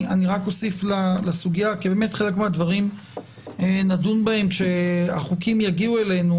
בחלק מהדברים נדון כשהחוקים יגיעו אלינו,